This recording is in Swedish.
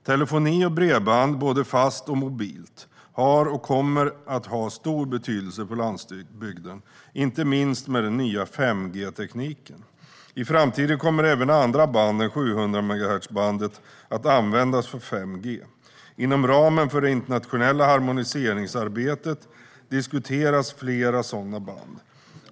Telefoni och bredband, både fast och mobilt, har och kommer att ha stor betydelse på landsbygden, inte minst med den nya 5G-tekniken. I framtiden kommer även andra band än 700-megahertzbandet att användas för 5G. Inom ramen för det internationella harmoniseringsarbetet diskuteras flera sådana band.